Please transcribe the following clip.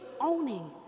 owning